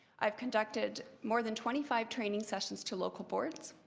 i have conducted more than twenty five trainings ah so to local boards.